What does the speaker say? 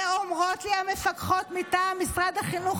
ואומרות לי המפקחות מטעם משרד החינוך: